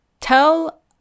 tell